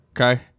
okay